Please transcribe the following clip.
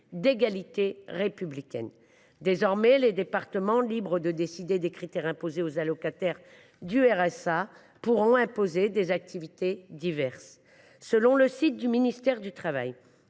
d’égalité républicaine. Désormais, les départements, libres de décider des critères imposés aux allocataires du RSA, pourront imposer des activités diverses. Selon le site du ministère du travail,